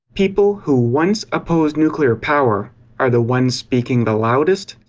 people who once opposed nuclear power are the ones speaking the loudest,